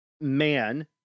man